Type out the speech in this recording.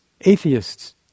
atheists